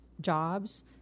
jobs